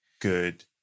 good